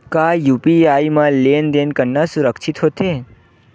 का यू.पी.आई म लेन देन करना सुरक्षित होथे?